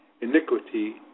iniquity